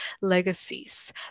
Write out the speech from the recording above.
legacies